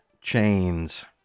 Chains